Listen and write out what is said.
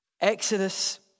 Exodus